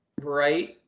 right